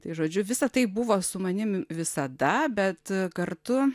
tai žodžiu visa tai buvo su manim visada bet kartu